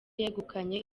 yegukanye